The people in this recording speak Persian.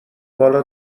بالا